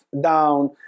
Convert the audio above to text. down